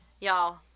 Y'all